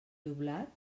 doblat